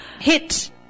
hit